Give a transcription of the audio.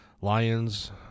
Lions